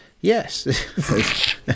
yes